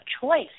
choice